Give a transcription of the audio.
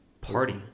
party